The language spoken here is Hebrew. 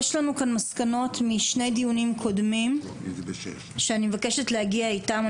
יש לנו כאן מסקנות משני דיונים קודמים שאני מבקשת להגיע איתם.